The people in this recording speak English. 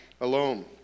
alone